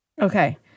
Okay